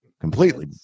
completely